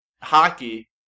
hockey